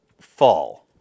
fall